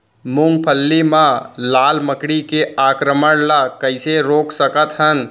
मूंगफली मा लाल मकड़ी के आक्रमण ला कइसे रोक सकत हन?